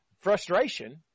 frustration